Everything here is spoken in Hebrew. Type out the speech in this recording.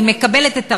היא מקבלת את הרשות,